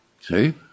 See